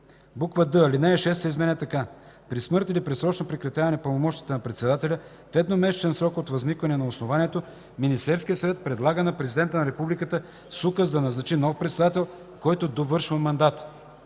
д) алинея 6 се изменя така: „(6) При смърт или предсрочно прекратяване на пълномощията на председателя, в едномесечен срок от възникване на основанието Министерският съвет предлага на президента на републиката с указ да назначи нов председател, който довършва мандата.”